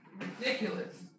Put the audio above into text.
ridiculous